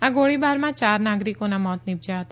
આ ગોળીબારમાં યાર નાગરિકોના મોત નિપજ્યાં હતા